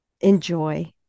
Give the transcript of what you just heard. enjoy